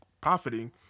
profiting